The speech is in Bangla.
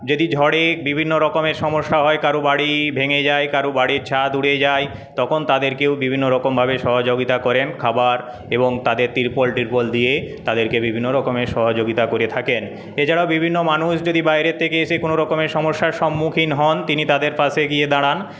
যদি ঝড়ে বিভিন্ন রকমের সমস্যা হয় কারো বাড়ি ভেঙে যায় কারো বাড়ির ছাদ উড়ে যায় তখন তাদেরকেও বিভিন্নরকমভাবে সহযোগিতা করেন খাবার এবং তাদের তিরপল টিরপল দিয়ে তাদেরকে বিভিন্ন রকম সহযোগিতা করে থাকেন এছাড়াও বিভিন্ন মানুষ যদি বাইরের থেকে এসে যদি কোন রকমের সমস্যার সন্মুখীন হন তিনি তাদের পাশে গিয়ে দাঁড়ান